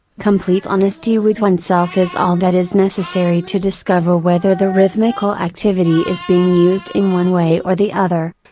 complete honesty with oneself is all that is necessary to discover whether the rhythmical activity is being used in one way or the other.